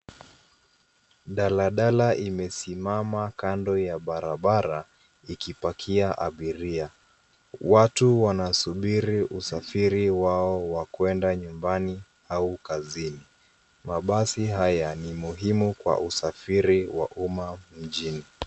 Daladala imesimama kando ya barabara ikipakia abiria. Watu wanasubiri usafiri wao wa kuenda nyumbani au kazini. Mabasi haya ni muhimu kwa usafiri wa umma mjini.